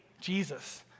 Jesus